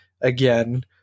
again